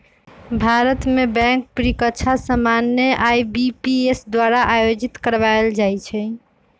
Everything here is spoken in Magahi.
भारत में बैंक परीकछा सामान्य आई.बी.पी.एस द्वारा आयोजित करवायल जाइ छइ